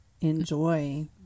enjoy